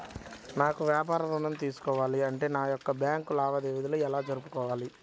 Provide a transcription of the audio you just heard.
నాకు వ్యాపారం ఋణం తీసుకోవాలి అంటే నా యొక్క బ్యాంకు లావాదేవీలు ఎలా జరుపుకోవాలి?